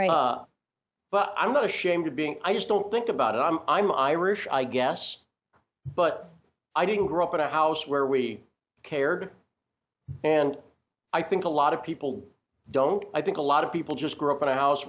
but i'm not ashamed of being i just don't think about it i'm i'm irish i guess but i didn't grow up in a house where we cared and i think a lot of people don't i think a lot of people just grew up in a house